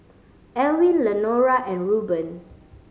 Elwin Lenora and Reuben